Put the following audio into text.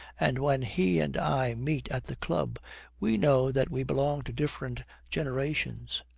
and when he and i meet at the club we know that we belong to different generations.